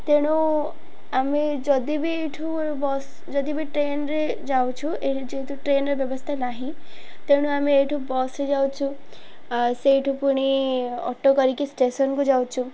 ତେଣୁ ଆମେ ଯଦି ବି ଏଇଠୁ ବସ୍ ଯଦି ବି ଟ୍ରେନ୍ରେ ଯାଉଛୁ ଏ ଯେହେତୁ ଟ୍ରେନ୍ର ବ୍ୟବସ୍ଥା ନାହିଁ ତେଣୁ ଆମେ ଏଇଠୁ ବସ୍ରେ ଯାଉଛୁ ସେଇଠୁ ପୁଣି ଅଟୋ କରିକି ଷ୍ଟେସନକୁ ଯାଉଛୁ